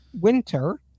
winter